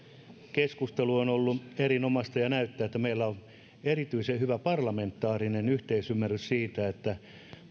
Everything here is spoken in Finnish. keskustelu on ollut erinomaista ja näyttää siltä että meillä on erityisen hyvä parlamentaarinen yhteisymmärrys siitä että